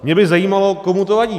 Mně by zajímalo, komu to vadí.